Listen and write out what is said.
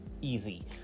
easy